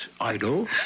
idol